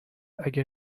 اگه